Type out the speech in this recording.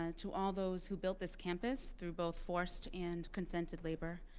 ah to all those who built this campus through both forced and consented labor.